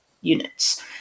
units